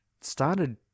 started